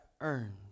earned